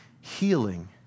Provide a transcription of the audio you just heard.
healing